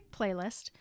playlist